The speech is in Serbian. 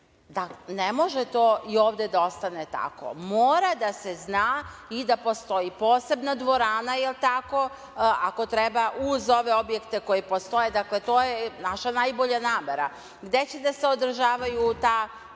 žrtve. Ne može to i ovde da ostane tako. Mora da se zna i da postoji posebna dvorana, jel tako, ako treba uz ove objekte koji postoje, dakle, to je naša najbolja namera, gde će da se održavaju ta